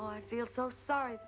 on i feel so sorry